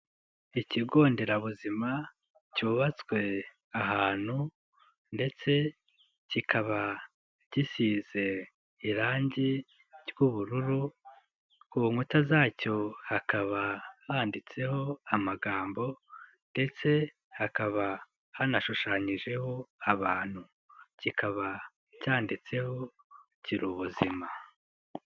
Ikigo nderabuzima cyubatswe ahantu ndetse kikaba gisize irangi ry'ubururu, ku nkuta zacyo hakaba handitseho amagambo ndetse hakaba hanashushanyijeho abantu, kikaba cyanditseho gira ubuzima.